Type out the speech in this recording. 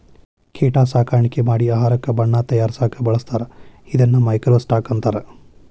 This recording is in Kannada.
ಕೇಟಾ ಸಾಕಾಣಿಕೆ ಮಾಡಿ ಆಹಾರಕ್ಕ ಬಣ್ಣಾ ತಯಾರಸಾಕ ಬಳಸ್ತಾರ ಇದನ್ನ ಮೈಕ್ರೋ ಸ್ಟಾಕ್ ಅಂತಾರ